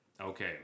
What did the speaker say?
okay